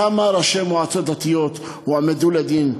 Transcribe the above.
כמה ראשי מועצות דתיות הועמדו לדין?